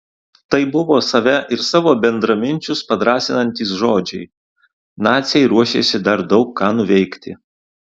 tai buvo save ir savo bendraminčius padrąsinantys žodžiai naciai ruošėsi dar daug ką nuveikti